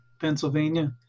Pennsylvania